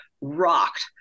rocked